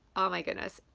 oh my goodness,